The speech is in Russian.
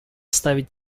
ставить